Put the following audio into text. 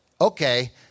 okay